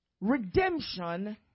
Redemption